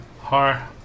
Hi